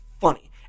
funny